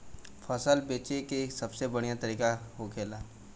फसल बेचे का सबसे बढ़ियां तरीका का होखेला?